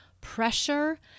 pressure